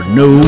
no